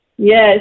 Yes